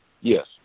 Yes